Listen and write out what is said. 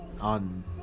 on